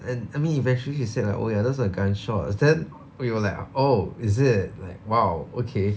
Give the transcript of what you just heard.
an~ I mean eventually he said like oh ya those are gun shots then we were like oh is it like !wow! okay